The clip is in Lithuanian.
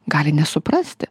gali nesuprasti